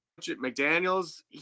McDaniels